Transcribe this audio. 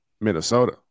Minnesota